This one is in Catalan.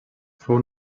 fou